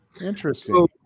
Interesting